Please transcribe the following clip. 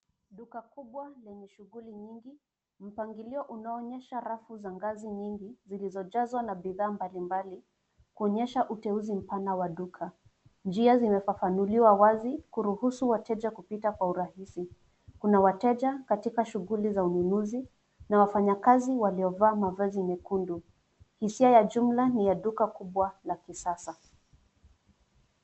Duka kubwa lenye shughuli nyingi, mpangilio unaoonyesha rafu za ngazi nyingi, zilizojazwa na bidhaa mbalimbali kuonyesha uteuzi mpana wa duka. Njia zimepakanuliwa wazi, kuruhusu wateja kupita kwa urahisi. Kuna wateja katika shughuli za ununuzi, na wafanyakazi waliovaa mavazi mekundu. Hisia ya jumla ni ya duka kubwa la kisasa.